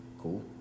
cool